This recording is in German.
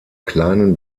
kleinen